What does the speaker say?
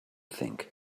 think